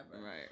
right